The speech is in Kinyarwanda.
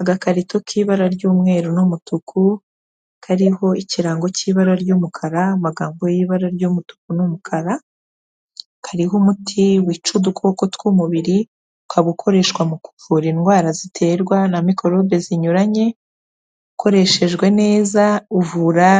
Agakarito k'ibara ry'umweru n'umutuku, kariho ikirango cy'ibara ry'umukara, amagambo y'ibara ry'umutuku n'umukara, kariho umuti wica udukoko tw'umubiri ukaba ukoreshwa mu kuvura indwara ziterwa na mikorobe zinyuranye, ukoreshejwe neza uvura